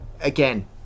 again